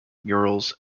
murals